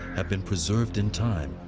have been preserved in time,